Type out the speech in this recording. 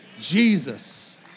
Jesus